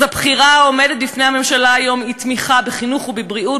אז הבחירה העומדת בפני הממשלה הזאת היא תמיכה בחינוך ובבריאות,